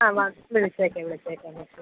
ആ വാ വിളിച്ചേക്കാ വിളിച്ചേക്കാം വിളിച്ചേക്കാം